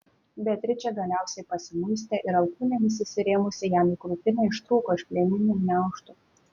beatričė galiausiai pasimuistė ir alkūnėmis įsirėmusi jam į krūtinę ištrūko iš plieninių gniaužtų